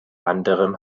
anderem